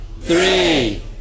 Three